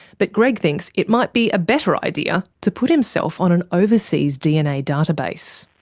but greg thinks it might be a better idea to put himself on an overseas dna database.